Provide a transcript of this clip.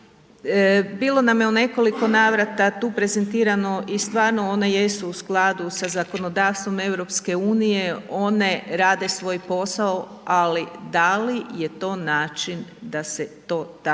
Bilo nam je u nekoliko navrata tu prezentirano i stvarno one jesu u skladu sa zakonodavstvom EU, one rade svoj posao, ali da li je to način da se to tako